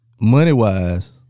money-wise